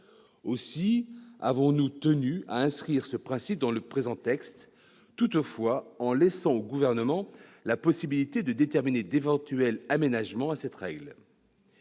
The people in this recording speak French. Aussi avons-nous tenu à inscrire ce principe dans le présent texte, en laissant toutefois au Gouvernement la possibilité de déterminer d'éventuels aménagements à cette règle.